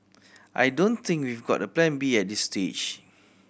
I don't think we've got a Plan B at this stage